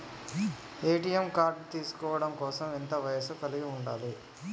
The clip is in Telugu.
ఏ.టి.ఎం కార్డ్ తీసుకోవడం కోసం ఎంత వయస్సు కలిగి ఉండాలి?